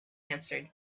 answered